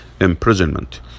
imprisonment